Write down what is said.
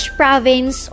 province